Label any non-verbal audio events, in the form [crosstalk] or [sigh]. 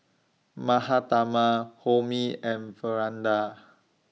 Mahatma Homi and [unintelligible]